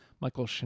Michael